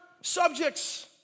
subjects